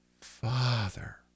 Father